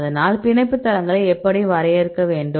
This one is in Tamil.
அதனால் பிணைப்பு தளங்களை எப்படி வரையறுக்க வேண்டும்